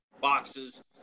boxes